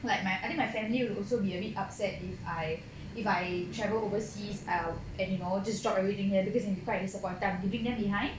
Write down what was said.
like my I think family will also be a bit upset if I if I travel overseas and you know just drop everything here because they will be quite disappointed I'm leaving them behind